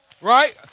right